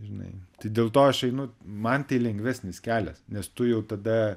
žinai tai dėl to aš einu man tai lengvesnis kelias nes tu jau tada